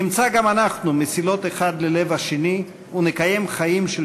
נמצא גם אנחנו מסילות אחד ללב השני ונקיים חיים של